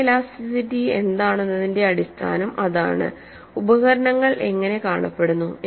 photoelasticity എന്താണെന്നതിന്റെ അടിസ്ഥാനം അതാണ് ഉപകരണങ്ങൾ എങ്ങനെ കാണപ്പെടുന്നു